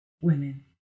women